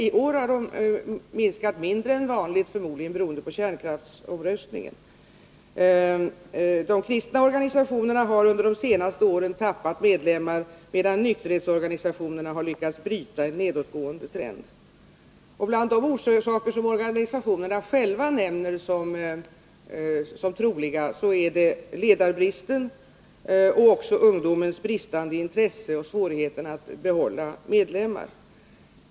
I år har deras medlemsantal minskat mindre än vanligt, förmodligen beroende på kärnkraftsomröstningen. De kristna organisationerna har under de senaste åren tappat medlemmar, medan nykterhetsorganisationerna har lyckats bryta en nedåtgående trend. Bland orsaker, som organisationerna själva nämner som troliga, finner man ledarbristen, ungdomarnas bristande intresse och därmed svårigheterna att behålla medlemmarna.